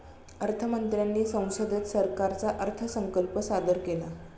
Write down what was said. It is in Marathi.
अर्थ मंत्र्यांनी संसदेत सरकारचा अर्थसंकल्प सादर केला